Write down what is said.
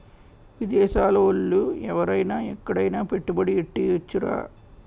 విదేశాల ఓళ్ళు ఎవరైన ఎక్కడైన పెట్టుబడి ఎట్టేయొచ్చురా